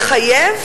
מחייב